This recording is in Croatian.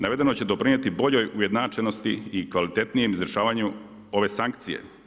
Navedeno će doprinijeti boljoj ujednačenosti i kvalitetnijem izvršavanju ove sankcije.